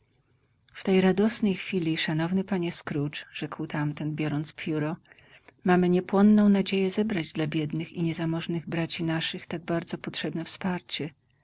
w tej radosnej chwili szanowny panie scrooge rzekł tamten biorąc pióro mamy niepłonną nadzieję zebrać dla biednych i niezamożnych braci naszych tak bardzo potrzebne wsparcie